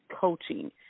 coaching